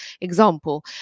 example